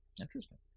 Interesting